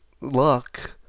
luck